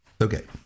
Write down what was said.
okay